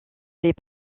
les